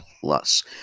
plus